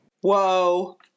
Whoa